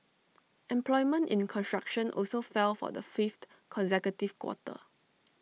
employment in construction also fell for the fifth consecutive quarter